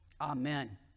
Amen